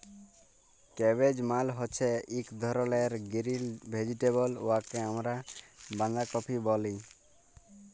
cabbage মালে হছে ইক ধরলের গিরিল ভেজিটেবল উয়াকে আমরা বাঁধাকফি ব্যলি